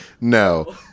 No